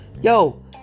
yo